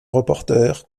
reporter